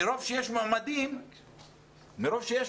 מרוב שיש מועמדים אמרו,